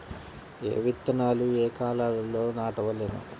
ఏ విత్తనాలు ఏ కాలాలలో నాటవలెను?